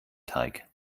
teig